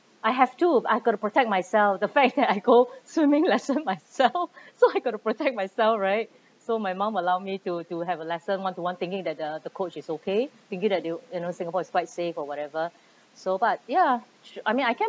I have to I've got to protect myself the fact that I go swimming lesson myself so I got to protect myself right so my mom will allow me to to have a lesson one to one thinking that the coach is okay thinking that you know singapore is quite safe or whatever so but ya su~ I mean I can